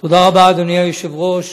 תודה רבה, אדוני היושב-ראש,